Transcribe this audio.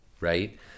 Right